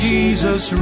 Jesus